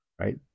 right